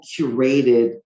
curated